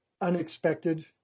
unexpected